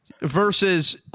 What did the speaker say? Versus